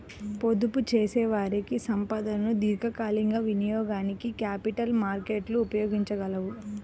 పొదుపుచేసేవారి సంపదను దీర్ఘకాలికంగా వినియోగానికి క్యాపిటల్ మార్కెట్లు ఉపయోగించగలవు